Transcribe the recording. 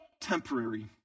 temporary